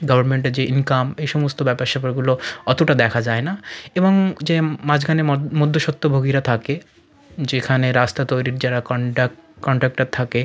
গভর্নমেন্টের যে ইনকাম এই সমস্ত ব্যাপারস্যাপারগুলো অতটা দেখা যায় না এবং যে মাঝখানে মধ্যস্বত্বভোগীরা থাকে যেখানে রাস্তা তৈরির যারা কনট্র্যাক্ট কনট্র্যাক্টর থাকে